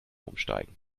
umsteigen